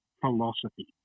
philosophy